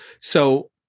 So-